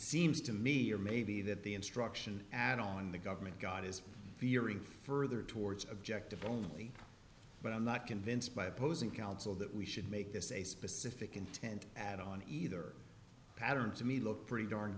seems to me or maybe that the instruction add on the government got is gearing further towards objective only but i'm not convinced by opposing counsel that we should make this a specific intent and on either pattern to me look pretty darn